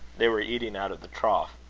they were eating out of the trough.